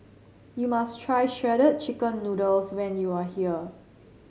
you must try Shredded Chicken Noodles when you are here